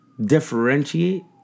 differentiate